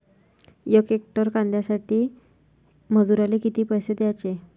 यक हेक्टर कांद्यासाठी मजूराले किती पैसे द्याचे?